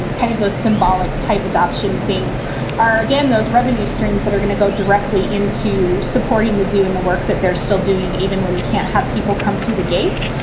and kind of those symbolic type adoption things are, again, those revenue streams that are going to go directly into supporting the zoo and the work that they're still doing even when we can't have people come through the gates,